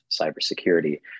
cybersecurity